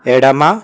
ఎడమ